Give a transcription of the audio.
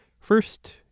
First